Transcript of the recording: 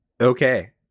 Okay